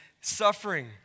suffering